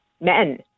men